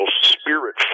spirit